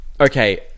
Okay